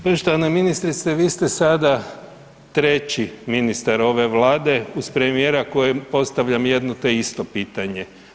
Poštovana ministrice, vi ste sada treći ministar ove Vlade uz premijera kojem postavljam jedno te isto pitanje.